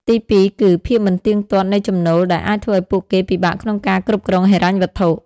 ទីពីរ គឺ ភាពមិនទៀងទាត់នៃចំណូល ដែលអាចធ្វើឱ្យពួកគេពិបាកក្នុងការគ្រប់គ្រងហិរញ្ញវត្ថុ។